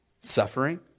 suffering